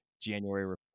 January